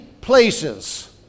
places